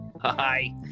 Hi